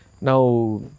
now